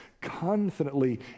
confidently